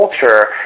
culture